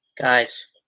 Guys